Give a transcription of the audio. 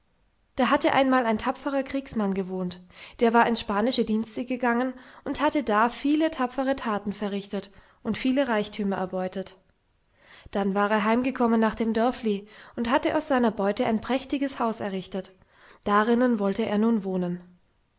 da hatte einmal ein tapferer kriegsmann gewohnt der war in spanische dienste gegangen und hatte da viele tapfere taten verrichtet und viele reichtümer erbeutet dann war er heimgekommen nach dem dörfli und hatte aus seiner beute ein prächtiges haus errichtet darinnen wollte er nun wohnen